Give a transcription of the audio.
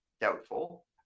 Doubtful